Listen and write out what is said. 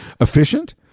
efficient